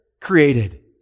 created